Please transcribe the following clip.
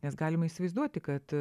nes galima įsivaizduoti kad